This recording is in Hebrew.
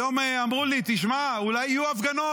היום אמרו לי: תשמע, אולי יהיו הפגנות.